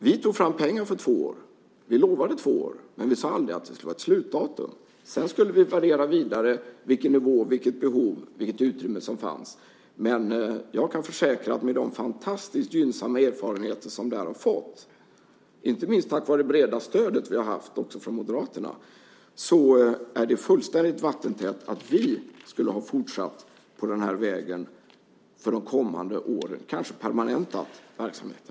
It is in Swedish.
Vi tog fram pengar för två år. Vi lovade två år. Men vi sade aldrig att det skulle vara ett slutdatum. Sedan skulle vi planera vidare vilken nivå, vilket behov och utrymme som fanns. Jag kan försäkra att med de fantastiskt gynnsamma erfarenheter som det här har fått, inte minst tack vare det breda stödet från Moderaterna, är det fullständigt vattentätt att vi skulle ha fortsatt på den vägen för de kommande åren. Vi kanske skulle ha permanentat verksamheten.